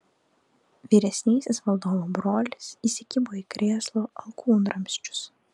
vyresnysis valdovo brolis įsikibo į krėslo alkūnramsčius